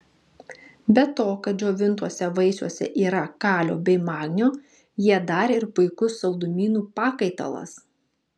be to kad džiovintuose vaisiuose yra kalio bei magnio jie dar ir puikus saldumynų pakaitalas